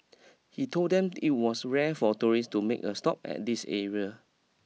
he told them it was rare for tourists to make a stop at this area